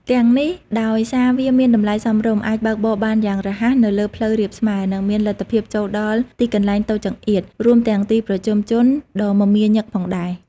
ទាំងនេះ ដោយសារវាមានតម្លៃសមរម្យ អាចបើកបរបានយ៉ាងរហ័សនៅលើផ្លូវរាបស្មើ និងមានលទ្ធភាពចូលដល់ទីកន្លែងតូចចង្អៀត រួមទាំងទីប្រជុំជនដ៏មមាញឹកផងដែរ។